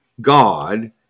God